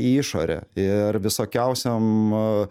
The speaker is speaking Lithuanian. į išorę ir visokiausiom